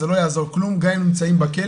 זה לא יעזור כלום גם אם הם נמצאים בכלא,